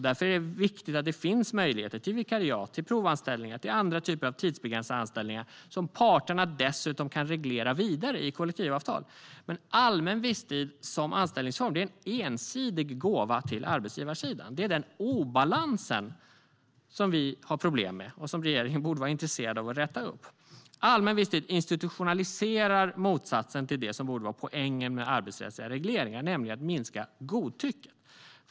Därför är det viktigt att det finns möjligheter till vikariat, provanställningar och andra typer av tidsbegränsade anställningar som parterna dessutom kan reglera vidare i kollektivavtal. Men allmän visstid som anställningsform är en ensidig gåva till arbetsgivarsidan. Det är den obalansen som vi har problem med och som regeringen borde vara intresserad av att räta upp. Allmän visstid institutionaliserar motsatsen till det som borde vara poängen med arbetsrättsliga regleringar, nämligen att minska godtycket.